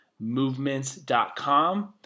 movements.com